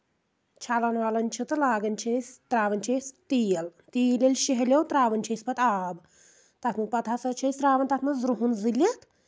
چھَلَان وَلَان چھِ تہٕ لاگَان چھِ أسۍ ترٛاوَان چھِ أسۍ تیٖل تیٖل ییٚلہِ شہلیو ترٛاوٕنۍ چھِ أسۍ پَتہٕ آب تَتھ منٛز پَتہٕ ہسا چھِ أسۍ ترٛاوَان تَتھ منٛز رُہن زٕلِتھ